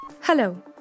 Hello